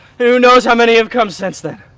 who knows how many have come since then?